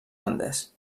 andes